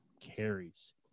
carries